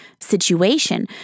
situation